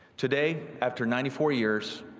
today after ninety four years,